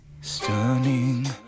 Stunning